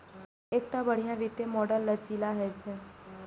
एकटा बढ़िया वित्तीय मॉडल लचीला होइ छै